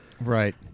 right